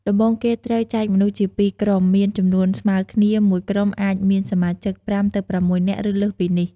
ដំបូងគេត្រូវចែកមនុស្សជា២ក្រុម មានចំនួនស្មើគ្នា មួយក្រុមអាចមានសមាជិក ៥ ទៅ៦នាក់ ឬលើសពីនេះ។